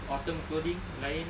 autumn clothings lain